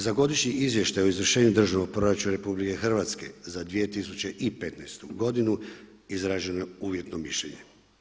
Za godišnji izvještaj o izvršenju državnog proračuna RH za 2015. godinu izraženo je uvjetno mišljenje.